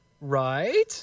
Right